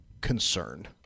concerned